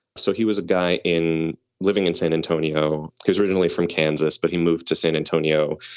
so he was a guy in living in san antonio. he's originally from kansas. but he moved to san antonio,